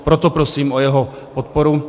Proto prosím o jeho podporu.